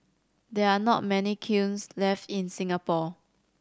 there are not many kilns left in Singapore